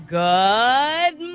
good